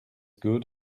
good